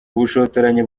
ubushotoranyi